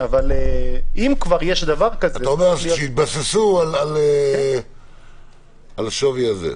אבל אם כבר יש דבר כזה --- אתה אומר שיתבססו על השווי הזה.